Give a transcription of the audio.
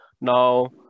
Now